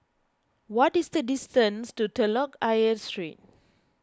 what is the distance to Telok Ayer Street